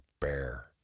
bear